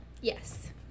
Yes